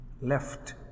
left